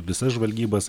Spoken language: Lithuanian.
visas žvalgybas